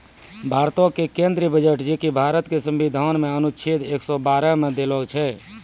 भारतो के केंद्रीय बजट जे कि भारत के संविधान मे अनुच्छेद एक सौ बारह मे देलो छै